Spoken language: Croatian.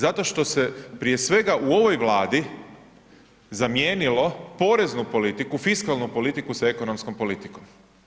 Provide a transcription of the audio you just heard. Zato što se prije svega u ovoj Vladi zamijenilo poreznu politiku, fiskalnu politiku sa ekonomskom politikom.